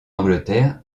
angleterre